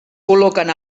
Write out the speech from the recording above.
col·loquen